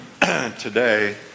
today